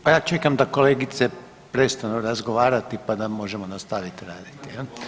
Pa ja čekam da kolegice prestanu razgovarati pa da možemo nastaviti raditi.